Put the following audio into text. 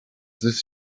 this